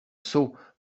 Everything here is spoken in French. sot